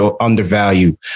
undervalue